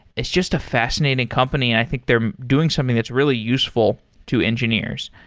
it's just a fascinating company and i think they're doing something that's really useful to engineers.